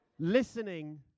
Listening